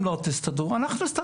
אתם לא תסתדרו, אנחנו נסתדר.